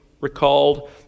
recalled